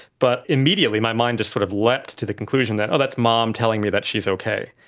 but immediately my mind just sort of leapt to the conclusion that, oh, that's mom telling me that she's okay.